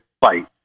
fight